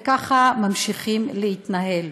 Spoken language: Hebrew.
וככה ממשיכים להתנהל.